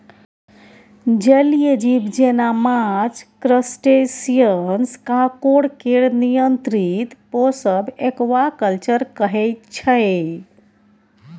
जलीय जीब जेना माछ, क्रस्टेशियंस, काँकोर केर नियंत्रित पोसब एक्वाकल्चर कहय छै